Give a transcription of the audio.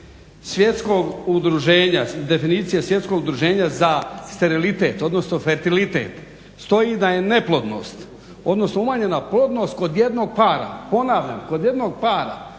rasprave prema definiciji Svjetskog udruženja za sterilitet, odnosno fertilitet stoji da je neplodnost, odnosno umanjena plodnost kod jednog para, ponavljam kod jednog para